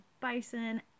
bison